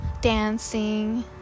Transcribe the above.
dancing